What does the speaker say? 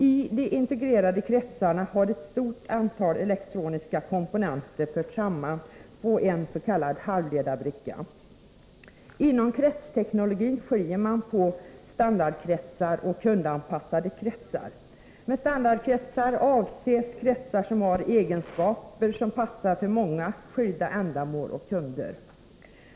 I integrerade kretsar har ett stort antal elektroniska komponenter förts samman på en s.k. halvledarbricka. Inom kretsteknologin skiljer man på standardkretsar och kundanpassade kretsar. Med standardkretsar avses kretsar som har egenskaper som passar för många skilda ändamål och kunder.